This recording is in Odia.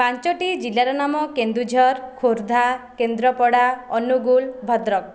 ପାଞ୍ଚଟି ଜିଲ୍ଲାର ନାମ କେନ୍ଦୁଝର ଖୋର୍ଦ୍ଧା କେନ୍ଦ୍ରାପଡ଼ା ଅନୁଗୁଳ ଭଦ୍ରକ